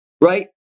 right